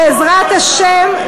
בעזרת השם,